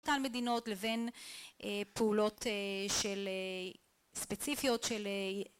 מדינות לבין פעולות של ספציפיות של